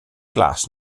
glas